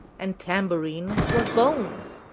and tambourine was bones.